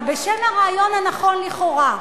אבל בשם הרעיון הנכון לכאורה,